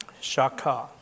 Shaka